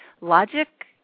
Logic